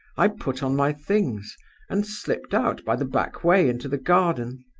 i put on my things and slipped out by the back way into the garden.